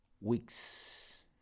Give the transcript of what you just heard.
weeks